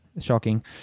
Shocking